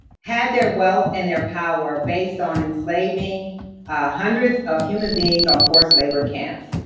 had their wealth and their power based on enslaving hundreds of human beings on forced labor camps.